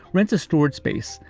rents a storage space,